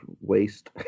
waste